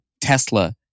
Tesla